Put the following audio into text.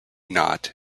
knot